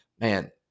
man